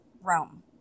Rome